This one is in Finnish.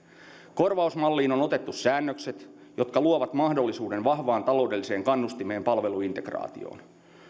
korvausmalliin on otettu säännökset jotka luovat mahdollisuuden vahvaan taloudelliseen kannustimeen palveluintegraatioon